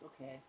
okay